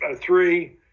three